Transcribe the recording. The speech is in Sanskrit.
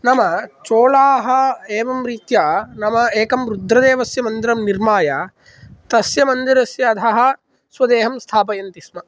नाम चोलाः एवं रीत्या नाम एकं रुद्रदेवस्य मन्दिरं निर्माय तस्य मन्दिरस्य अधः स्वदेहं स्थापयन्ति स्म